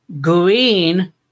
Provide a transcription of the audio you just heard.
Green